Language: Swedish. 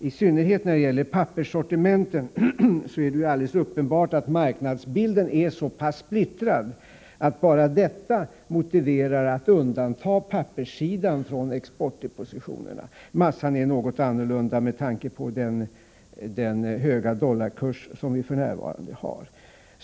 I synnerhet när det gäller papperssortimenten är det ju alldeles uppenbart att marknadsbilden är så pass splittrad att bara detta motiverar att man undantar papperssidan från exportdepositionerna. I fråga om massan är det något annorlunda med tanke på den höga dollarkurs som vi f.n. har.